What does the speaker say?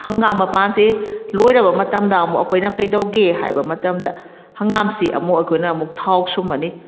ꯍꯪꯒꯥꯝ ꯃꯄꯥꯟꯁꯦ ꯂꯣꯏꯔꯕ ꯃꯇꯝꯗ ꯑꯃꯨꯛ ꯑꯩꯈꯣꯏꯅ ꯀꯩꯗꯧꯒꯦ ꯍꯥꯏꯕ ꯃꯇꯝꯗ ꯍꯪꯒꯥꯝꯁꯤ ꯑꯃꯨꯛ ꯑꯩꯈꯣꯏꯅ ꯑꯃꯨꯛ ꯊꯥꯎ ꯁꯨꯝꯃꯅꯤ